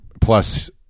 Plus